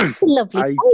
Lovely